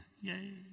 Yay